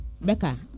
Becca